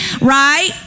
right